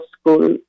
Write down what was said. school